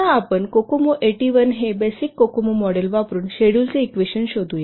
आता आपण कोकोमो 81 हे बेसिक कोकोमो मॉडेल वापरुन शेड्यूलचे इक्वेशन शोधूया